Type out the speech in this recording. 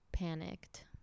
panicked